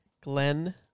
Glenn